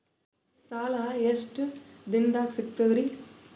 ಸಾಲಾ ಎಷ್ಟ ದಿಂನದಾಗ ಸಿಗ್ತದ್ರಿ?